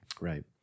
Right